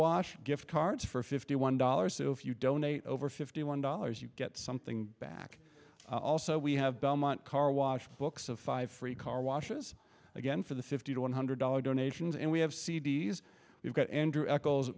carwash gift cards for fifty one dollars so if you donate over fifty one dollars you get something back also we have belmont car wash books of five free car washes again for the fifty to one hundred dollar donations and we have c d s we've got andrew ec